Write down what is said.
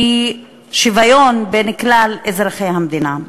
שהיא שוויון בין כלל אזרחי המדינה.